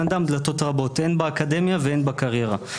אדם דלתות רבות הן באקדמיה והן בקריירה.